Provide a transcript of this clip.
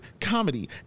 comedy